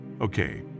Okay